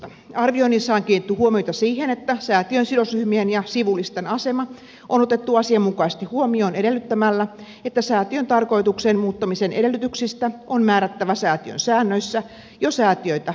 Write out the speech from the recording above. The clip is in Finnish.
arvioinnissa on kiinnitetty huomiota siihen että säätiön sidosryhmien ja sivullisten asema on otettu asianmukaisesti huomioon edellyttämällä että säätiön tarkoituksen muuttamisen edellytyksistä on määrättävä säätiön säännöissä jo säätiöitä perustettaessa